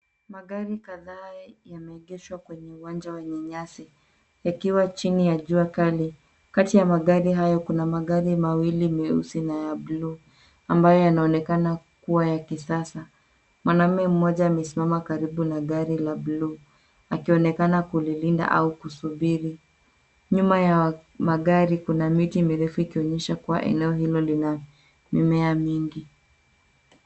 Magari kadhaa yameegeshwa kwenye uwanja wenye nyasi yakiwa chini ya jua kali. Kati ya magari hayo kuna magari mawili meusi na ya blue ambayo yanaonekana kuwa ya kisasa. Mwanaume mmoja amesimama karibu na gari la blue akionekana kulilinda au kusubiri. Nyuma ya magari kuna miti mirefu ikionyesha kuwa eneo hilo lina mimea mingi.